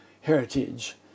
heritage